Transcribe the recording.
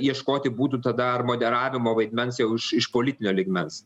ieškoti būdų tada ar moderavimo vaidmens jau iš politinio lygmens